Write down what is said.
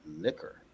liquor